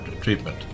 treatment